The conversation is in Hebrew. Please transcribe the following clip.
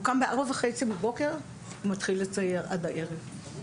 הוא קם בארבע וחצי בבוקר ומתחיל לצייר עד הערב,